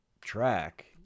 track